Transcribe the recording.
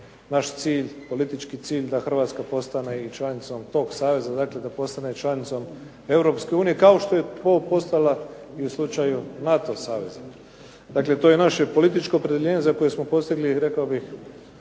naš cilj, politički cilj da Hrvatska postane i članicom tog saveza. Dakle, da postane i članicom Europske unije kao što je to postala i u slučaju NATO saveza. Dakle, to je naše političko opredjeljenje za koje smo postigli rekao bih,